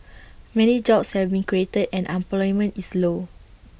many jobs have been created and unemployment is low